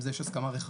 עם זה יש הסכמה רחבה,